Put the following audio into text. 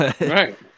Right